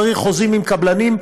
צריך חוזים עם קבלנים,